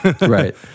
right